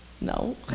no